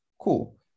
cool